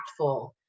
impactful